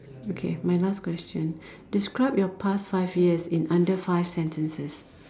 okay my last question describe your past five years in under five sentences